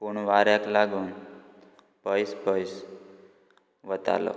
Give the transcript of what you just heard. पूण वाऱ्याक लागून पयस पयस वतालो